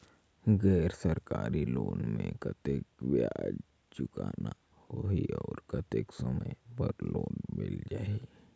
गैर सरकारी लोन मे कतेक ब्याज चुकाना होही और कतेक समय बर लोन मिल जाहि?